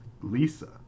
Lisa